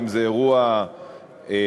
אם זה אירוע פרטי,